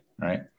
right